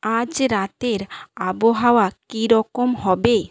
আজ রাতের আবহাওয়া কীরকম হবে